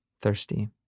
thirsty